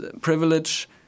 privilege